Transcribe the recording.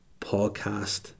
podcast